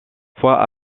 fois